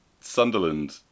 Sunderland